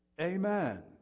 Amen